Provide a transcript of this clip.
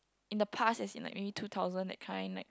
in the past as in like maybe two thousand that kind like